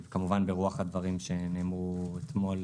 כמובן ברוח הדברים שנאמרו אתמול